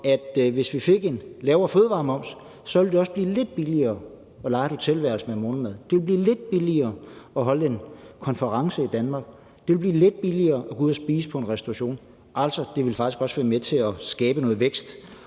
det, hvis vi fik en lavere fødevaremoms, ville blive lidt billigere at leje et hotelværelse med morgenmad, og det ville blive lidt billigere at holde en konference i Danmark, og det ville blive lidt billigere at gå ud at spise på en restaurant. Det ville faktisk også være med til at skabe noget vækst,